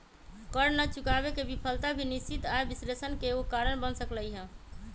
कर न चुकावे के विफलता भी निश्चित आय विश्लेषण के एगो कारण बन सकलई ह